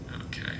Okay